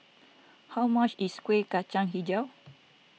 how much is Kueh Kacang HiJau